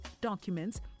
documents